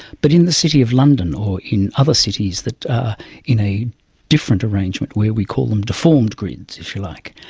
but in the city of london or in other cities that are in a different arrangement where we call them deformed grids, if you like,